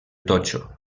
totxo